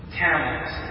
camels